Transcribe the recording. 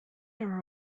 are